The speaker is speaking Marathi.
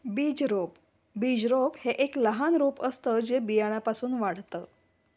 बीजरोप बीजरोप हे एक लहान रोप असतं जे बियाणापासून वाढतं